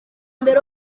mbere